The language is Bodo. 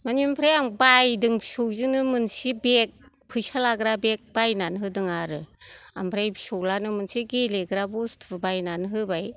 मानि ओमफ्राय आं बायदों फिसौजोनो मोनसे बेग फैसा लाग्रा बेग बायनानै होदों आरो ओमफ्राय फिसौलानो मोनसे गेलेग्रा बुस्थु बायनानै होबाय